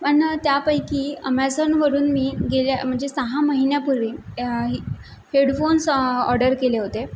पण त्यापैकी अमेझॉनवरून मी गेल्या म्हणजे सहा महिन्यापूर्वी ही हेडफोन्स ऑर्डर केले होते